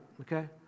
okay